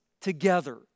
together